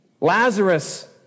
Lazarus